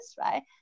right